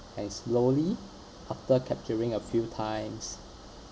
and slowly after capturing a few times